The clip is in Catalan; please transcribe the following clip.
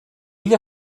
ell